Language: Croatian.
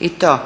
i to